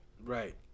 Right